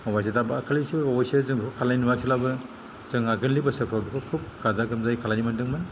अबयस्से दाखालिसो अबयस्से जों खालामनाय नुवासैब्लाबो जों आगोलनि बोसोरफ्राव बेखौ खुब गाजा गोमजायै खालायनो मोन्दोंमोन